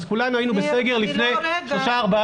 אז כולנו היינו בסגר לפני שלושה-ארבעה שבועות.